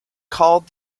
called